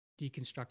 deconstruct